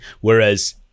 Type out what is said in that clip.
whereas